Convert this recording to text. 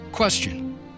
Question